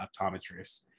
optometrist